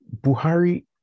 Buhari